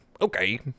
okay